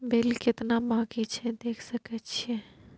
Bill केतना बाँकी छै देख सके छियै?